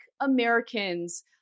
Americans